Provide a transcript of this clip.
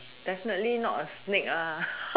definitely not a snake